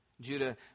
Judah